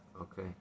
okay